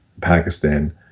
Pakistan